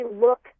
look